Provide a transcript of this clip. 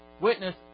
witness